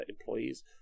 employees